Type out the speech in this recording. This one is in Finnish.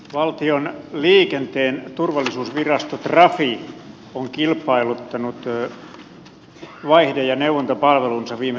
valtion liikenteen turvallisuusvirasto trafi on kilpailuttanut vaihde ja neuvontapalvelunsa viime keväänä